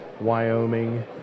Wyoming